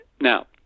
now